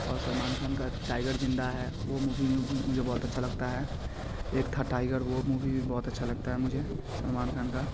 और सलमान खान का टाइगर जिंदा है वो मूवी मुझे बहुत अच्छा लगता है एक था टाइगर वो मूवी भी बहुत अच्छा लगता है मुझे सलमान खान का